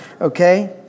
Okay